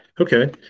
Okay